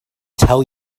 tell